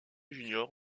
junior